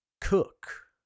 cook